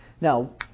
Now